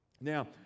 now